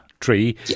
tree